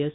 S